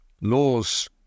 Laws